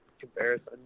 comparison